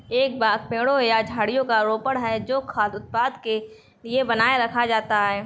एक बाग पेड़ों या झाड़ियों का रोपण है जो खाद्य उत्पादन के लिए बनाए रखा जाता है